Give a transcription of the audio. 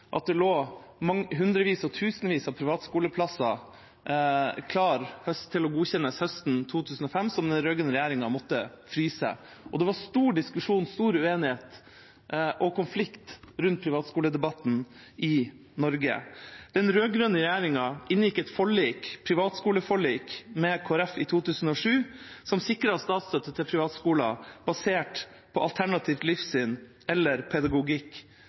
at det lå hundrevis – ja, tusenvis – av privatskoleplasser klare til å godkjennes høsten 2005 som den rød-grønne regjeringa måtte fryse, og det var stor diskusjon, stor uenighet og konflikt i privatskoledebatten i Norge. Den rød-grønne regjeringa inngikk et forlik, privatskoleforlik, med Kristelig Folkeparti i 2007, som sikret statsstøtte til privatskoler basert på alternativt livssyn eller alternativ pedagogikk,